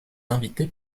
invités